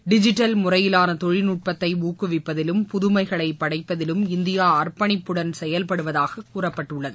digital முறையிலான தொழில்நுட்பத்தை ஊக்குவிப்பதிலும் புதுமைகளை படைப்பதிலும் இந்தியா அர்ப்பணிப்புடன் செயல்படுவதாக கூறப்பட்டுள்ளது